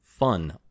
Fun